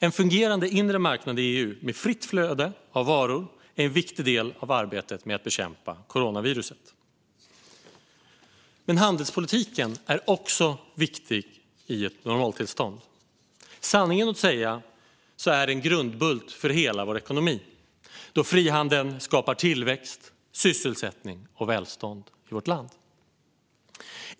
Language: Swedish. En fungerande inre marknad i EU, med ett fritt flöde av varor, är en viktig del av arbetet med att bekämpa coronaviruset. Handelspolitiken är dock viktig också i ett normaltillstånd. Sanningen att säga är den en grundbult för hela vår ekonomi då frihandeln skapar tillväxt, sysselsättning och välstånd i vårt land.